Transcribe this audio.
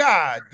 God